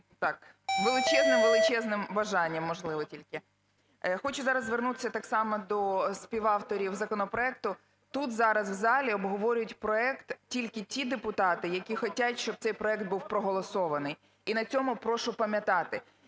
так величезним-величезним бажанням можливо тільки. Хочу зараз звернутися так само до співавторів законопроекту, тут зараз в залі обговорюють проект тільки ті депутати, які хочуть, щоб цей проект був проголосований. І на цьому прошу пам'ятати.